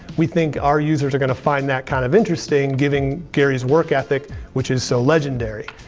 we think our users are gonna find that kind of interesting given gary's work ethic which is so legendary.